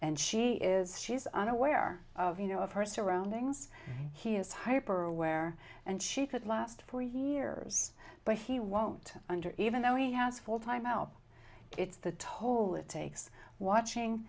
and she is she's unaware of you know of her surroundings he is hyper aware and she could last for years but he won't under even though he has full time help it's the toll it takes watching